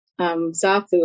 zafu